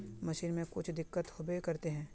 Machine में कुछ दिक्कत होबे करते है?